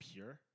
Pure